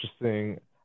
interesting